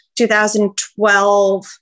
2012